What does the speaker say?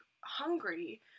hungry